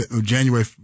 January